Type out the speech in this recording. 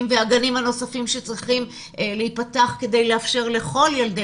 והגנים הנוספים שצריכים להיפתח כדי לאפשר לכל ילדי